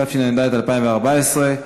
התשע"ד 2014,